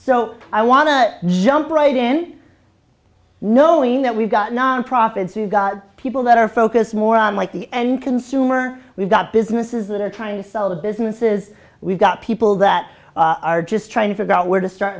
so i want to jump right in knowing that we've got nonprofits we've got people that are focused more on like the end consumer we've got businesses that are trying to sell the businesses we've got people that are just trying to figure out where to start